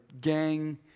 gang